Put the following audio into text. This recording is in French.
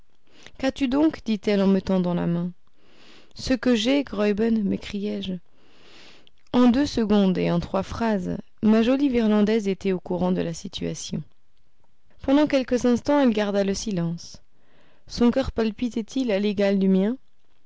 qu'as-tu donc dit-elle en me tendant la main ce que j'ai graüben m'écriai-je en deux secondes et en trois phrases ma jolie virlandaise était au courant de la situation pendant quelques instants elle garda le silence son coeur palpitait il à l'égal du mien